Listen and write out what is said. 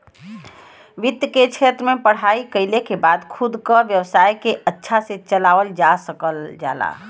वित्त के क्षेत्र में पढ़ाई कइले के बाद खुद क व्यवसाय के अच्छा से चलावल जा सकल जाला